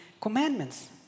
commandments